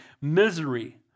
misery